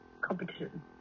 competition